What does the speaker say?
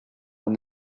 when